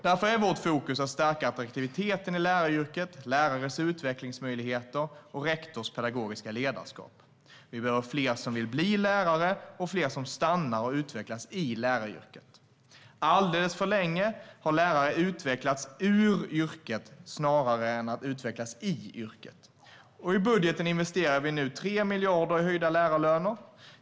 Därför är vårt fokus att stärka attraktiviteten i läraryrket, lärares utvecklingsmöjligheter och rektorers pedagogiska ledarskap. Vi behöver fler som vill bli lärare och fler som stannar och utvecklas i läraryrket. Alldeles för länge har lärare utvecklats ur yrket snarare än att utvecklas i yrket. I budgeten investerar vi nu 3 miljarder i höjda lärarlöner.